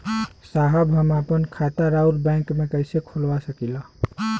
साहब हम आपन खाता राउर बैंक में कैसे खोलवा सकीला?